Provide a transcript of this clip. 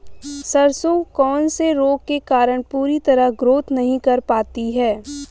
सरसों कौन से रोग के कारण पूरी तरह ग्रोथ नहीं कर पाती है?